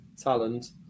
talent